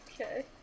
okay